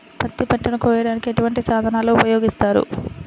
పత్తి పంటను కోయటానికి ఎటువంటి సాధనలు ఉపయోగిస్తారు?